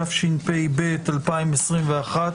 התשפ"ב-2021.